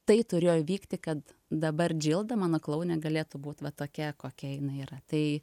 tai turėjo įvykti kad dabar džilda mano klounė galėtų būt va tokia kokia jinai yra tai